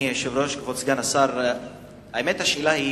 אדוני היושב-ראש, כבוד סגן השר, האמת, השאלה היא